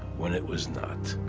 when it was not.